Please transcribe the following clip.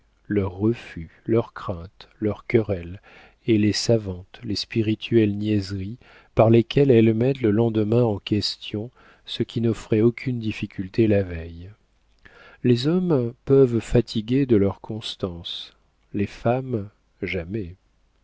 leurs refus leurs craintes leurs querelles et les savantes les spirituelles niaiseries par lesquelles elles mettent le lendemain en question ce qui n'offrait aucune difficulté la veille les hommes peuvent fatiguer de leur constance les femmes jamais